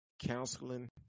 Counseling